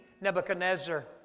Nebuchadnezzar